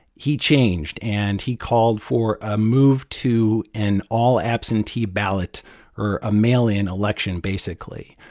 he changed, and he called for a move to an all-absentee ballot or a mail-in election, basically.